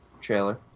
trailer